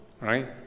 right